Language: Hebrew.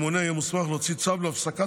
הממונה יהיה מוסמך להוציא צו להפסקת